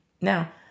Now